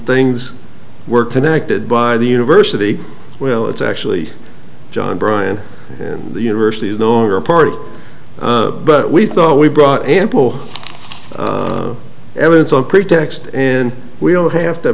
things were connected by the university well it's actually john bryant and the university is no longer a part of but we thought we brought ample evidence on pretext in we'll have to